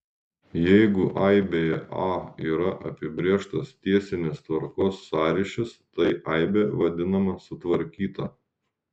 jeigu aibėje a yra apibrėžtas tiesinės tvarkos sąryšis tai aibė vadinama sutvarkyta